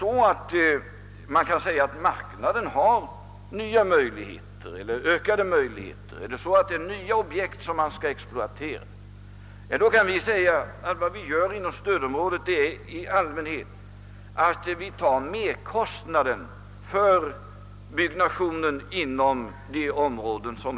Om ett nytt objekt skall exploateras eller en viss typ av företag kan anses ha goda möjligheter, kan vi i allmänhet acceptera eventuella merkostnader för byggnation inom stödområdet.